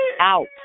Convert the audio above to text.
Out